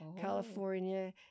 California